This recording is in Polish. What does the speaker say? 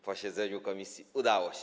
posiedzeniu komisji udało się.